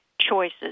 choices